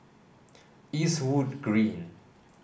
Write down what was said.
Eastwood Green